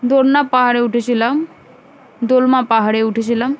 দোলনা পাহাড়ে উঠেছিলাম দোলমা পাহাড়ে উঠেছিলাম